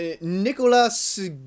Nicolas